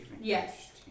Yes